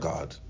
God